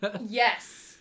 Yes